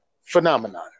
phenomenon